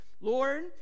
Lord